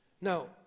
Now